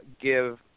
give –